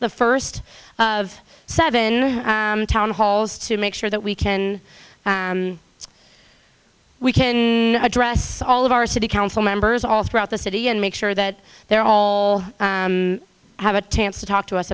the first of seven town halls to make sure that we can we can address all of our city council members all throughout the city and make sure that they're all have a chance to talk to us